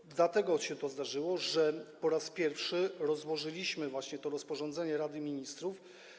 I dlatego to się zdarzyło, że po raz pierwszy rozłożyliśmy właśnie to rozporządzenie Rady Ministrów.